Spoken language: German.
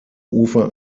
ufer